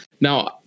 Now